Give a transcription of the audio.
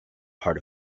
part